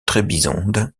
trébizonde